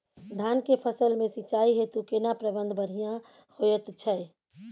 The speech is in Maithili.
धान के फसल में सिंचाई हेतु केना प्रबंध बढ़िया होयत छै?